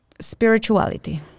spirituality